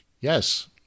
yes